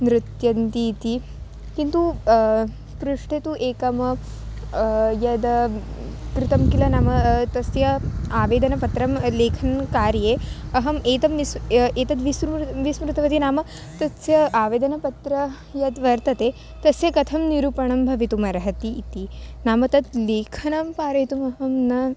नृत्यन्तीति किन्तु पृष्ठे तु एकं यद् कृतं किल नाम तस्य आवेदनपत्रस्य लेखनकार्ये अहम् एतं निस् एतद् विसृ विस्मृतवती नाम तस्य आवेदनपत्रं यद्वर्तते तस्य कथं निरूपणं भवितुम् अर्हति इति नाम तत् लेखनं पारयितुमहं न